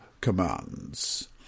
commands